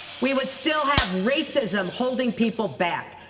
we would still have racism holding people back.